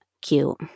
cute